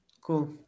Cool